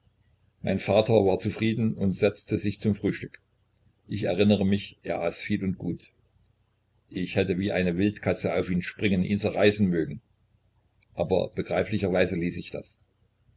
mein vater war zufrieden und setzte sich zum frühstück ich erinnere mich er aß viel und gut ich hätte wie eine wildkatze auf ihn springen ihn zerreißen mögen aber begreiflicherweise ließ ich das